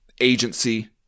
agency